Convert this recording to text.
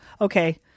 okay